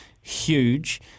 Huge